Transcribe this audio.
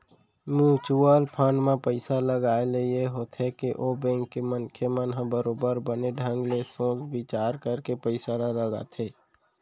mutual fund म पइसा लगाए ले ये होथे के ओ बेंक के मनखे मन ह बरोबर बने ढंग ले सोच बिचार करके पइसा ल लगाथे